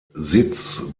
sitz